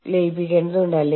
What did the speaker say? കൂടാതെ അതൊരു പോരായ്മയുമാകാം